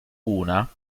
una